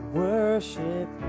worship